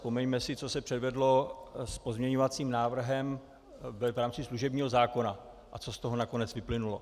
Vzpomeňme si, co se předvedlo s pozměňovacím návrhem v rámci služebního zákona a co z toho nakonec vyplynulo.